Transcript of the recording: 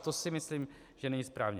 To si myslím, že není správné.